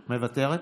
מוותרת.